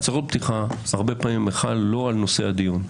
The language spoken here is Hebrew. הצהרות פתיחה הן הרבה פעמים בכלל לא על נושא הדיון,